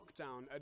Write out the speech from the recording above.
lockdown